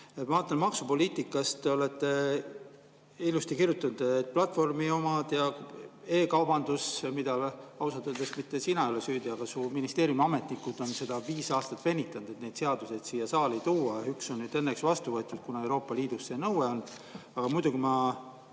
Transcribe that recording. Vaatan maksupoliitika osa. Te olete ilusti kirjutanud, et platvormiomad ja e‑kaubandus. Ausalt öeldes mitte sina ei ole süüdi, aga su ministeeriumi ametnikud on viis aastat venitanud, et neid seadusi siia saali tuua. Üks on nüüd õnneks vastu võetud, kuna Euroopa Liidus see nõue on. Aga selle